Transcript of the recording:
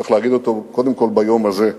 וצריך להגיד אותו קודם כול ביום הזה: